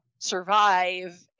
survive